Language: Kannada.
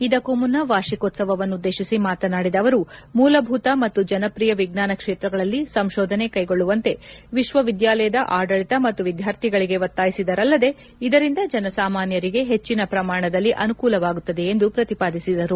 ಇದಕ್ಕೂ ಮುನ್ನ ವಾರ್ಷಿಕೋಶ್ಲವನ್ನುದ್ದೇಶಿಸಿ ಮಾತನಾಡಿದ ಅವರು ಮೂಲಭೂತ ಮತ್ತು ಜನಪ್ರಿಯ ವಿಜ್ಞಾನ ಕ್ಷೇತ್ರಗಳಲ್ಲಿ ಸಂಶೋಧನೆ ಕೈಗೊಳ್ಳುವಂತೆ ವಿಶ್ವವಿದ್ಯಾಲಯದ ಆಡಳಿತ ಮತ್ತು ವಿದ್ವಾರ್ಥಿಗಳಿಗೆ ಒತ್ತಾಯಿಸಿದರಲ್ಲದೆ ಇದರಿಂದ ಜನಸಾಮಾನ್ಯರಿಗೆ ಹೆಚ್ಚಿನ ಪ್ರಮಾಣದಲ್ಲಿ ಅನುಕೂಲವಾಗುತ್ತದೆ ಎಂದು ಪ್ರತಿಪಾದಿಸಿದರು